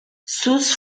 sus